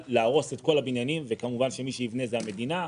להרוס את כל הבניינים וכמובן שמי שיבנה זו המדינה.